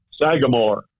Sagamore